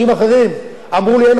אמרו לי: אין חוק טוב מזה.